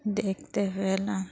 দেখতে পেলাম